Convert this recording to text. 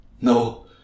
No